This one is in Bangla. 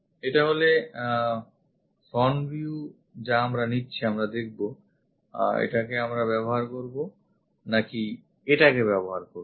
এটা হলো front view যা আমরা নিচ্ছি আমরা দেখব এটাকে আমরা ব্যবহার করব নাকি এটাকে ব্যবহার করবো